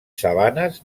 sabanes